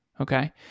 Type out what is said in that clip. Okay